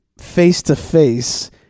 face-to-face